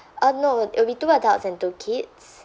uh no it would be two adults and two kids